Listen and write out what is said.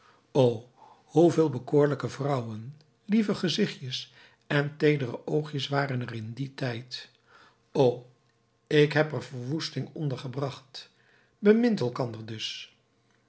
o hoe veel bekoorlijke vrouwen lieve gezichtjes en teedere oogjes waren er in dien tijd o ik heb er verwoesting onder gebracht bemint elkander dus